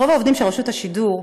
רוב העובדים ברשות השידור,